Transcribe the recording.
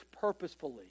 purposefully